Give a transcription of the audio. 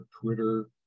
Twitter